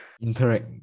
interact